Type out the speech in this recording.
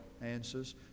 answers